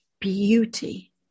Beauty